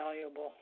valuable